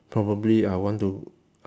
probably I want to